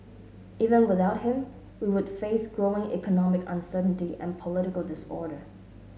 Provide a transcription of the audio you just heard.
even without him we would face growing economic uncertainty and political disorder